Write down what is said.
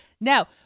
Now